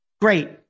great